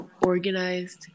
organized